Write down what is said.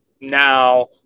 now